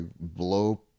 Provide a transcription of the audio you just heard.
blow